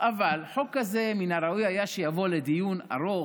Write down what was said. חוק כזה, מן הראוי היה שיבוא לדיון ארוך,